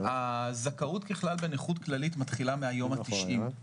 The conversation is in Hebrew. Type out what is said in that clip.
הזכאות ככלל בנכות כללית מתחילה מהיום ה-90,